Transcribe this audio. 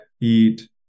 eat